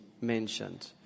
mentioned